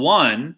one